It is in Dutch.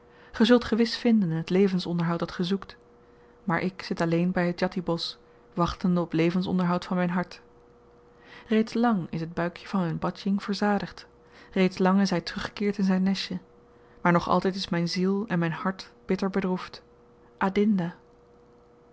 zult gewis vinden het levensonderhoud dat ge zoekt maar ik zit alleen by het djati bosch wachtende op levensonderhoud van myn hart reeds lang is het buikje van myn badjing verzadigd reeds lang is hy teruggekeerd in zyn nestje maar nog altyd is myn ziel en myn hart bitter bedroefd adinda